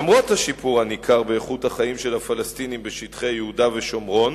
למרות השיפור הניכר באיכות החיים של הפלסטינים בשטחי יהודה ושומרון,